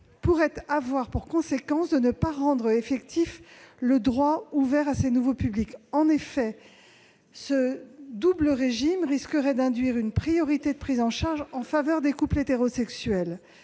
pourrait avoir pour conséquence de ne pas rendre effectif le droit ouvert à ces nouveaux publics. En effet, ce double régime risquerait d'induire une priorité de prise en charge en faveur des couples hétérosexuels.